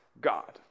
God